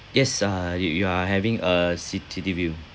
yes uh you you are having a cit~ city view